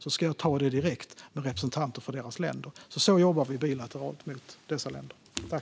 Då ska jag ta det direkt med representanter för deras länder. Så jobbar vi bilateralt med dessa länder.